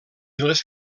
les